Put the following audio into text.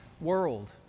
world